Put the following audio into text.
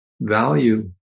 value